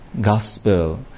Gospel